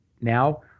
now